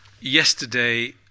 Yesterday